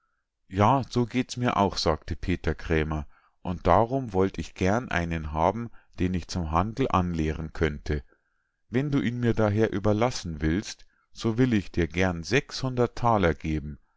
ja so geht's mir auch sagte peter krämer und darum wollt ich gern einen haben den ich zum handel anlehren könnte wenn du ihn mir daher überlassen willst so will ich dir gern sechshundert thaler geben